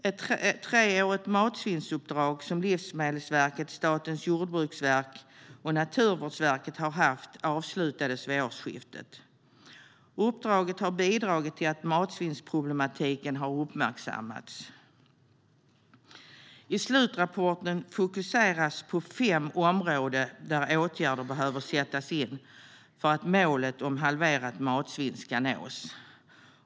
Ett treårigt matsvinnsuppdrag som Livsmedelsverket, Statens jordbruksverk och Naturvårdsverket har haft avslutades vid årsskiftet. Uppdraget har bidragit till att matsvinnsproblematiken har uppmärksammats. I slutrapporten fokuseras på fem områden där åtgärder behöver sättas in för att målet om halverat matsvinn ska nås.